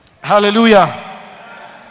Hallelujah